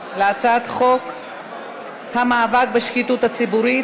בהצבעה על הצעת חוק המאבק בשחיתות הציבורית